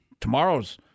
Tomorrow's